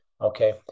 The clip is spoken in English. Okay